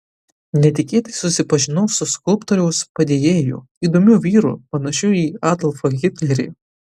netikėtai susipažinau su skulptoriaus padėjėju įdomiu vyru panašiu į adolfą hitlerį